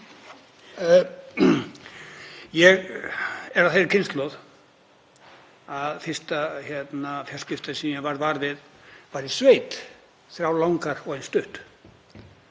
Ég er af þeirri kynslóð að fyrstu fjarskiptin sem ég varð var við voru í sveit, þrjár langar og ein stutt.